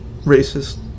racist